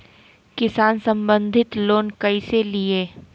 किसान संबंधित लोन कैसै लिये?